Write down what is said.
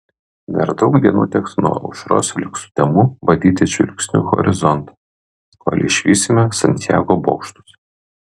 dar daug dienų teks nuo aušros lig sutemų badyti žvilgsniu horizontą kol išvysime santjago bokštus